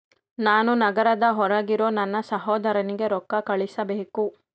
ನಾನು ನಗರದ ಹೊರಗಿರೋ ನನ್ನ ಸಹೋದರನಿಗೆ ರೊಕ್ಕ ಕಳುಹಿಸಬೇಕು